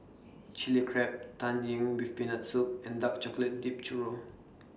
Chili Crab Tang Yuen with Peanut Soup and Dark Chocolate Dipped Churro